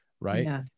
right